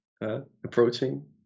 approaching